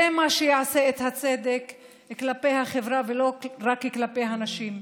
זה מה שיעשה את הצדק כלפי החברה ולא רק כלפי הנשים,